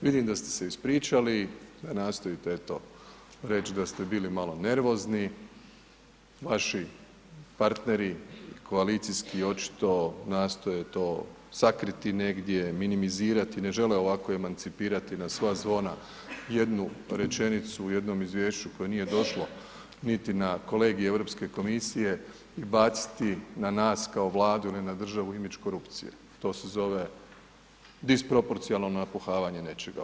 Vidim da ste se ispričali, da nastojite eto, reći da ste bili malo nervozni, vaši partneri koalicijski očito nastoje to sakriti negdje, minimizirati, ne žele ovako emancipirati na sva zvona jednu rečenicu u jednom izvješću koje nije došlo niti na kolegij Europske komisije i baciti na nas kao Vladu ili na državu imidž korupcije, to se zove disproporcionalno napuhavanje nečega.